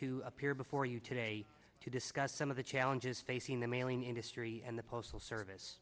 to appear before you today to discuss some of the challenges facing the mailing industry and the postal service